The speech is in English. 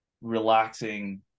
relaxing